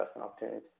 opportunities